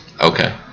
okay